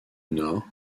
nord